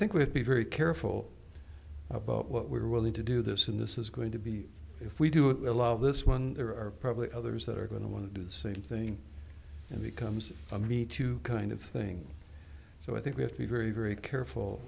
think we'd be very careful about what we're willing to do this in this is going to be if we do it will allow this one there are probably others that are going to want to do the same thing and becomes a me too kind of thing so i think we have to be very very careful